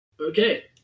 Okay